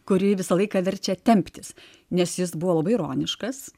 kuri visą laiką verčia temptis nes jis buvo labai ironiškas